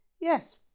Yes